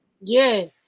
Yes